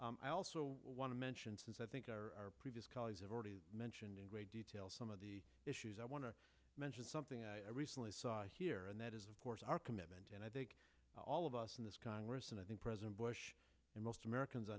help i also want to mention since i think our previous colleagues have already mentioned in great detail some of the issues i want to mention something i recently saw here and that is of course our commitment and i think all of us in this congress and i think president bush and most americans